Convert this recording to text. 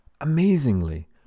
Amazingly